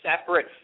separate